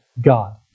God